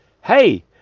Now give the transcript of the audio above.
Hey